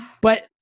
But-